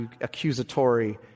accusatory